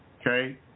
okay